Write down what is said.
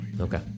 okay